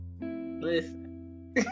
listen